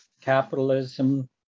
capitalism